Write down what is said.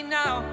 now